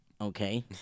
Okay